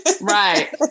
Right